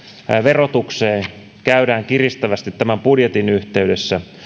verotukseen käydään kiristävästi tämän budjetin yhteydessä